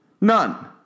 None